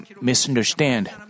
misunderstand